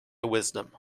wisdom